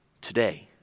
today